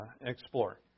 explore